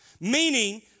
meaning